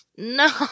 No